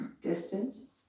Distance